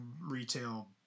retail